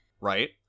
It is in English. right